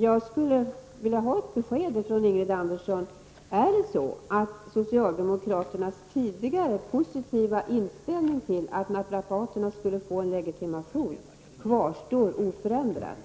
Jag skulle vilja ha ett besked från Ingrid Andersson: Är det så att socialdemokraternas tidigare positiva inställning till att naprapaterna skulle få legitimation kvarstår oförändrad?